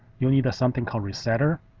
you need something called resetter.